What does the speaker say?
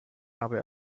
habe